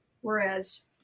whereas